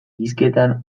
hizketan